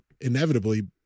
inevitably